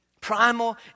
primal